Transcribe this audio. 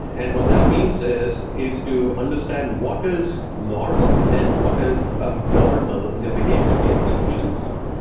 and what that means is is to understand what is normal and what is abnormal in the behavior of the application itself.